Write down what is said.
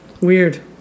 Weird